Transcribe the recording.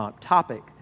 topic